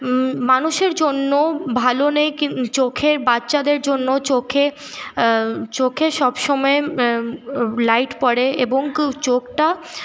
মানুষের জন্য ভালো নেই চোখের বাচ্চাদের জন্য চোখে চোখে সবসময় লাইট পড়ে এবং চোখটা